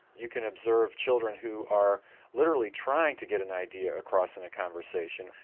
you can observe children who are literally trying to get an idea across in a conversation,